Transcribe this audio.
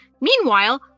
Meanwhile